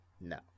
No